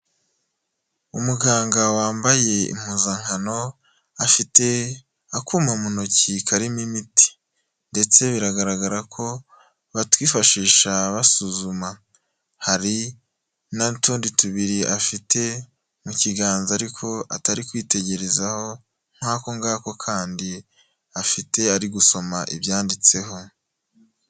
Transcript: Umuganga wambaye impuzankano, afite akuma mu ntoki karimo imiti ndetse biragaragara ko batwifashisha basuzuma. Hari n'utundi tubiri afite mu kiganza ariko atari kwitegerezaho nk'ako ngako kandi afite ari gusoma ibyanditseho.